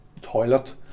toilet